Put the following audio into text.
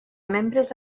membres